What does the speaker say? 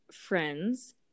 friends